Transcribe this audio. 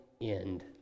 end